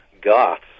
goths